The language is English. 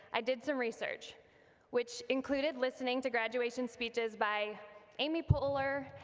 i did some research which included listening to graduation speeches by amy poehler,